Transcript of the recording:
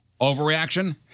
Overreaction